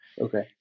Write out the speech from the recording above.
okay